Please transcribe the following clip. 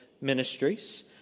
ministries